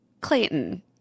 Clayton